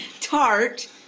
Tart